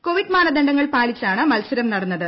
Covid മാനദണ്ഡങ്ങൾ പാലിച്ചാണ് മത്സരം നടന്നത്